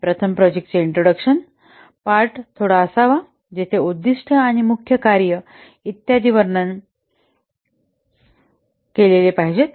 प्रथम प्रोजेक्टचा introduction part थोडासा असावा जेथे उद्दीष्टे आणि मुख्य कार्ये इत्यादी वर्णन केलेले पाहिजेत